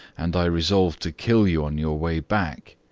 and i resolved to kill you on your way back.